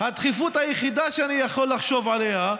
הדחיפות היחידה שאני יכול לחשוב עליה,